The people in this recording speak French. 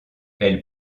elle